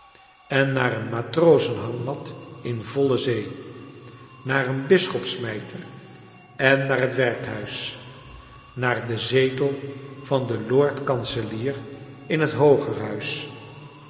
en naar een matrozen hangmat in voile zee naar een bisschopsmyter en naar het werkhuis naar den zetel van den lord kanselier in het